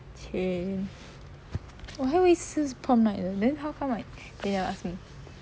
!chey! 我还以为是 prom night 的 then how come like will ask me